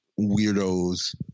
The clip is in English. weirdos